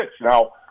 Now